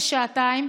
לשעתיים,